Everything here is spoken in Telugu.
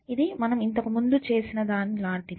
ఇది మనం ఇంతకు ముందు చేసిన దాని లాంటిది